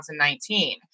2019